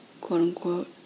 quote-unquote